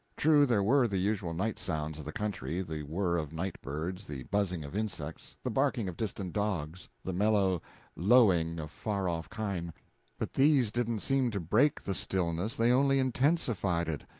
true, there were the usual night-sounds of the country the whir of night-birds, the buzzing of insects, the barking of distant dogs, the mellow lowing of far-off kine but these didn't seem to break the stillness, they only intensified it,